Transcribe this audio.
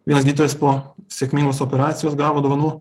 vienas gydytojas po sėkmingos operacijos gavo dovanų